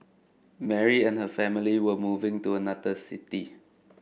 Mary and her family were moving to another city